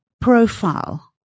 profile